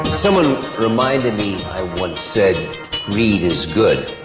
someone reminded me i once said greed is good.